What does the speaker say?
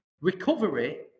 Recovery